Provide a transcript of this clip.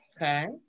Okay